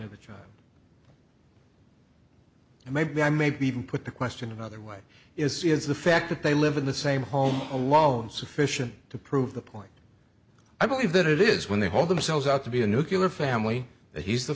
child and maybe i maybe even put the question another way is is the fact that they live in the same home alone sufficient to prove the point i believe that it is when they hold themselves out to be a nucular family that he's the